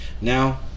Now